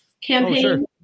campaign